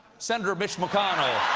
senator mitch mcconnell.